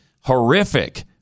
horrific